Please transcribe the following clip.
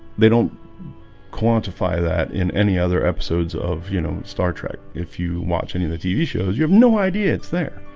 they don't quantify that in any other episodes of you know star. trek if you watch any of the tv shows you have no idea. it's there